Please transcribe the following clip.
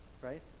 right